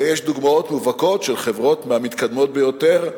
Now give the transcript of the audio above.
יש דוגמאות מובהקות של חברות מהמתקדמות ביותר,